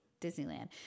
Disneyland